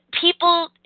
people